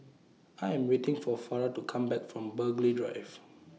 I Am waiting For Farrah to Come Back from Burghley Drive